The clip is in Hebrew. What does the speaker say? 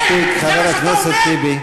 מספיק, חבר הכנסת טיבי.